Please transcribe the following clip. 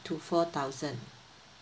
to four thousand